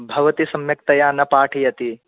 भवति सम्यकतया न पाठयति